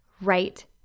right